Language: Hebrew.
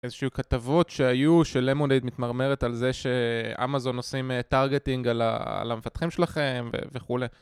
איזשהו כתבות שהיו של למונדיט מתמרמרת על זה שאמאזון עושים טרגטינג על המפתחים שלכם וכולי